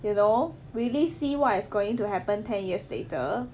you know really see what's going to happen ten years later